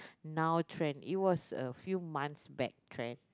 now trend it was a few months back trend